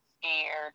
scared